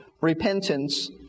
repentance